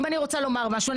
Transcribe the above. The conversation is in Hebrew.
אם אני רוצה לומר משהו,